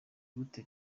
gute